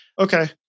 Okay